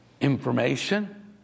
information